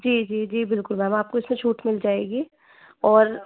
जी जी जी बिल्कुल मैम आपको इसमें छूट मिल जाएगी और